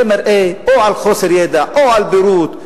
זה מראה או חוסר ידע, או בורות,